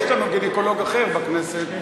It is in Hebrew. יש לנו גינקולוג אחר בכנסת,